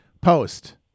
Post